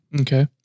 Okay